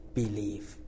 believe